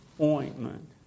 ointment